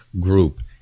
group